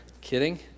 Kidding